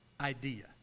idea